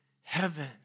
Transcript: heaven